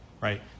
right